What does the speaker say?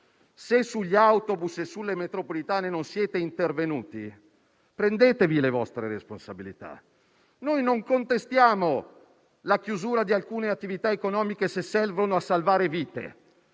Se sugli autobus e sulle metropolitane non siete intervenuti, prendetevi le vostre responsabilità! Non contestiamo la chiusura di alcune attività economiche, se serve a salvare vite,